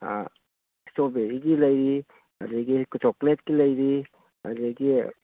ꯏꯁꯇꯔꯣꯕꯦꯔꯤꯒꯤ ꯂꯩ ꯑꯗꯒꯤ ꯆꯣꯀ꯭ꯂꯦꯠꯀꯤ ꯂꯩꯔꯤ ꯑꯗꯒꯤ